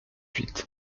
huit